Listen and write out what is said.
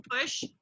push